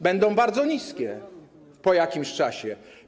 Będą bardzo niskie - po jakimś czasie.